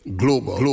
global